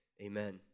amen